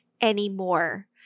Anymore